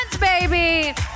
baby